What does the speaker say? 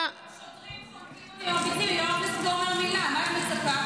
שוטרים חונקים אותי ומרביצים, מה את מצפה?